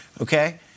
Okay